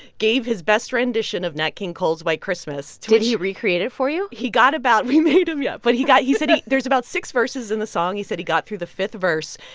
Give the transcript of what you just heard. gave his best rendition of nat king cole's white christmas. did he recreate it for you? he got about we made him, yeah. but he he said there's about six verses in the song. he said he got through the fifth verse.